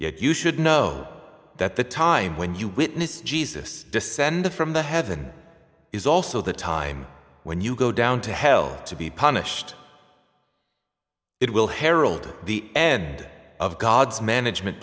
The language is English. yet you should know that the time when you witness jesus descended from the heaven is also the time when you go down to hell to be punished it will herald the end of god's management